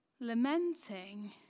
Lamenting